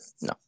No